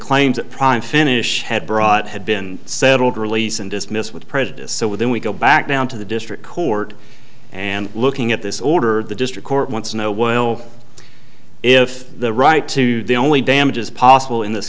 claim that prime finish had brought had been settled release and dismissed with prejudice so when we go back down to the district court and looking at this order the district court wants to know what if the right to the only damages possible in this